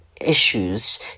issues